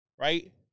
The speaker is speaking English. right